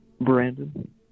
Brandon